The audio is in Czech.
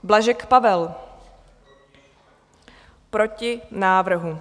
Blažek Pavel: Proti návrhu.